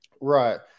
Right